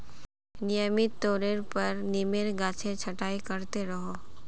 नियमित तौरेर पर नीमेर गाछेर छटाई कर त रोह